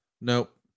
Nope